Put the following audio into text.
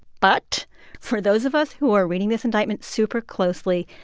but for those of us who are reading this indictment super closely,